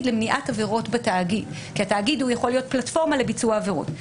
למניעת עבירות בתאגיד כי התאגיד יכול להיות פלטפורמה לביצוע עבירות.